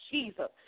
Jesus